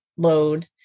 Load